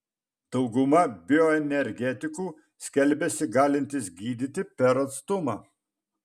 dauguma bioenergetikų skelbiasi galintys gydyti per atstumą